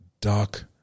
Dark